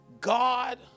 god